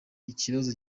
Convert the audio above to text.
ikibazo